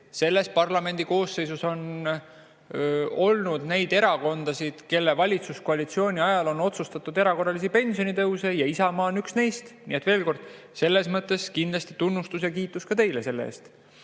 selles parlamendi koosseisus on olnud neid erakondi, kelle valitsuskoalitsiooni ajal on otsustatud erakorralisi pensionitõuse, ja Isamaa on üks neist. Nii et veel kord: selles mõttes kindlasti tunnustus ja kiitus ka teile selle eest. Nüüd,